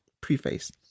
preface